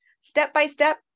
step-by-step